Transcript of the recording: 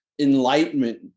enlightenment